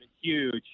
huge